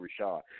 Rashad